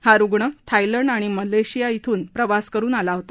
हा रुग्ण थायलंड आणि मलेशिया श्रून प्रवास करुन आला होता